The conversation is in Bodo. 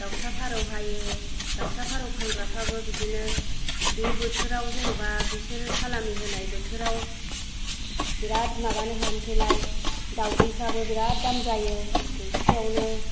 दाउसा फारौ हायो दावसा फारौ फानग्राफ्राबो बिदिनो बे बोथोराव जेन'बा बिसोरो सालामि होनाय बोथोराव बिराथ माबानो हानसैलाय दाउदैफ्राबो बिराथ दाम जायो दैसेयावनो